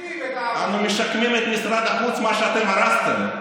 אנו משקמים את משרד החוץ, מה שאתם הרסתם,